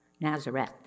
Nazareth